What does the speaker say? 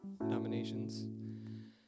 nominations